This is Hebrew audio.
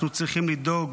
אנחנו צריכים לדאוג